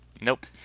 Nope